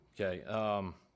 okay